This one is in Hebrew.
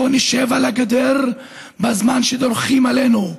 לא נשב על הגדר בזמן שדורכים עלינו.